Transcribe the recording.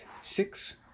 six